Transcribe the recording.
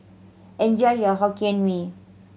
enjoy your Hokkien Mee